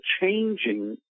changing